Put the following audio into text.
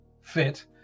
fit